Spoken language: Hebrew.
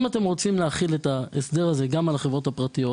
אם אתם רוצים להחיל את ההסדר הזה גם על החברות הפרטיות,